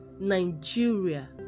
Nigeria